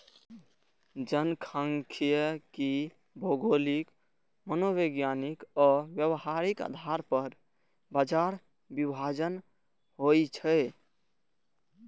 जनखांख्यिकी भौगोलिक, मनोवैज्ञानिक आ व्यावहारिक आधार पर बाजार विभाजन होइ छै